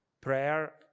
prayer